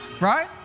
Right